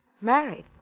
Married